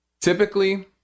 Typically